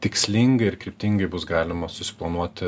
tikslingai ir kryptingai bus galima susiplanuoti